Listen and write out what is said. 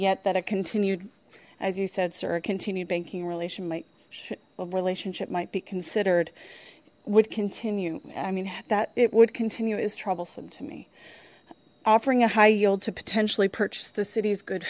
yet that it continued as you said sir a continued banking relation like a relationship might be considered would continue i mean that it would continue is troublesome to me offering a high yield to potentially purchase the city's good